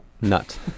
Nut